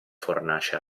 fornace